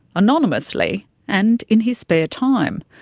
anonymously and in his spare time.